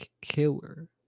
killer